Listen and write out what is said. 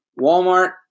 Walmart